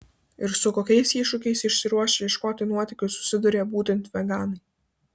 ir su kokiais iššūkiais išsiruošę ieškoti nuotykių susiduria būtent veganai